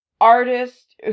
artist